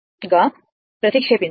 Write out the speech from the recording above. గా ప్రతిక్షేపించాలి